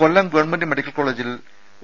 കൊല്ലം government medical കോളേജിൽ O